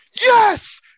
Yes